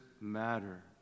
matter